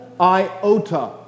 iota